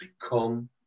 become